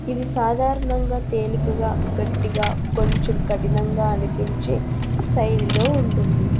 ఇది సాధారణంగా తేలికగా గట్టిగా కొంచెం కఠినంగా అనిపించే శైలిలో ఉంటుంది